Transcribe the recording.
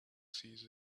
see